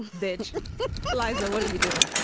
bitch like but what are you doing?